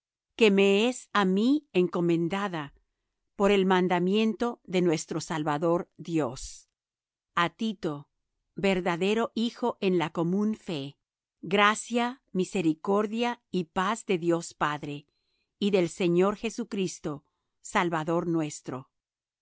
que me es á mí encomendada por mandamiento de nuestro salvador dios a tito verdadero hijo en la común fe gracia misericordia y paz de dios padre y del señor jesucristo salvador nuestro por